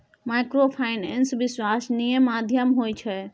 Microfinance विश्वासनीय माध्यम होय छै?